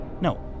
no